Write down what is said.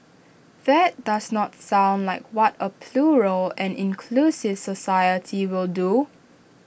that does not sound like what A plural and inclusive society will do